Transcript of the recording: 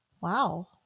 wow